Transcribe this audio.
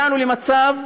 הגענו למצב